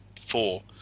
four